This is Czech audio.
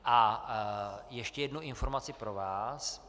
A ještě jednu informaci pro vás.